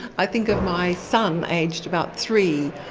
i think of my son, aged about three,